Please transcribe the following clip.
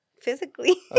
physically